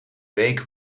week